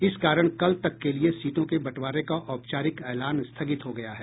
इस कारण कल तक के लिए सीटों के बंटवारे का औपचारिक ऐलान स्थगित हो गया है